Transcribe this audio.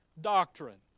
doctrine